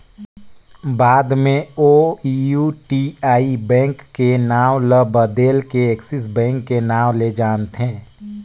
बाद मे ओ यूटीआई बेंक के नांव ल बदेल के एक्सिस बेंक के नांव ले जानथें